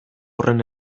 horren